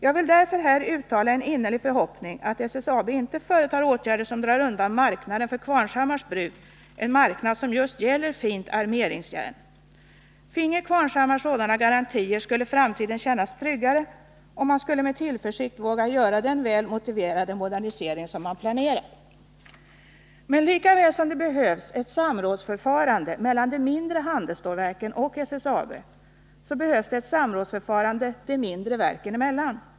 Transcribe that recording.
Jag vill därför här uttala en innerlig förhoppning att SSAB inte företar åtgärder som drar undan marknaden för Qvarnshammars bruk, en marknad som just gäller fint armeringsjärn. Finge Qvarnshammar sådana garantier, skulle framtiden kännas tryggare, och man skulle med tillförsikt våga göra den väl motiverade modernisering som man planerat. Men lika väl som det behövs ett samrådsförfarande mellan de mindre handelsstålverken och SSAB så behövs det ett samrådsförfarande de mindre verken emellan.